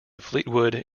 fleetwood